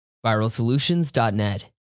ViralSolutions.net